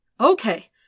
Okay